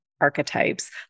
archetypes